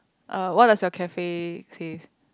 uh what does your cafe says